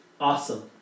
awesome